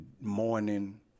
morning